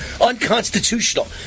unconstitutional